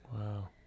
Wow